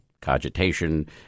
cogitation